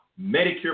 Medicare